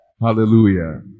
Hallelujah